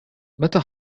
متى